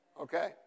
Okay